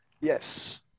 Yes